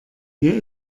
mir